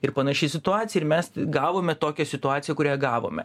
ir panaši situacija ir mes gavome tokią situaciją kurią gavome